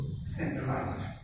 centralized